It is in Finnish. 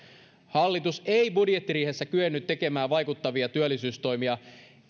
hallitus ei budjettiriihessä kyennyt tekemään vaikuttavia uusia työllisyystoimia